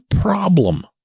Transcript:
problem